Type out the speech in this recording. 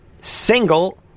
single